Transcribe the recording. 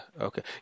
okay